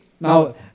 Now